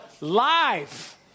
live